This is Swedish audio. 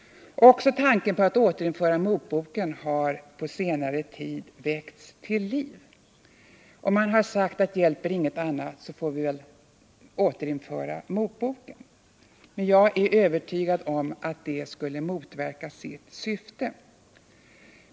Också tanken på att återinföra motboken har på senare tid väckts till liv. Man har sagt att hjälper inget annat får vi väl återinföra motboken. Jag är övertygad om att det skulle motverka sitt syfte.